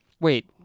Wait